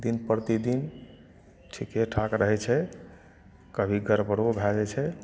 दिन प्रतिदिन ठीके ठाक रहै छै कभी गड़बड़ो भए जाइ छै